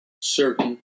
certain